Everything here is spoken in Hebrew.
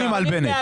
שמיעה סלקטיבית.